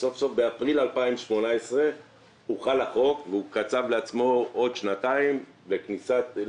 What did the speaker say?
סוף סוף באפריל 2018 הוחל החוק והוא קצב לעצמו עוד שנתיים לזה.